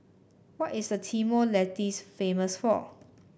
what is Timor Leste famous for